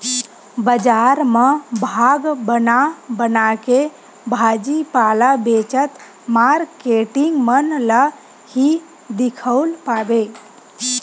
बजार म भाग बना बनाके भाजी पाला बेचत मारकेटिंग मन ल ही दिखउल पाबे